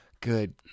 good